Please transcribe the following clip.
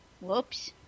Whoops